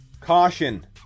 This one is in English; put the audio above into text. Caution